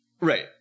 Right